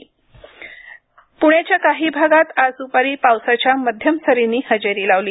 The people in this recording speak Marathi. हवामान पुण्याच्या काही भागात आज दुपारी पावसाच्या मध्यम सरींनी हजेरी लावली